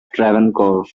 travancore